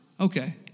Okay